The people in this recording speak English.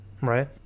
right